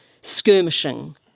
Skirmishing